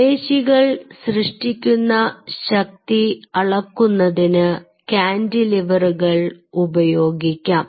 പേശികൾ സൃഷ്ടിക്കുന്ന ശക്തി അളക്കുന്നതിന് കാന്റിലിവറുകൾ ഉപയോഗിക്കാം